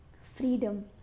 Freedom